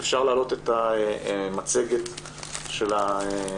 (הצגת מצגת) אפשר להעלות את המצגת של המדד.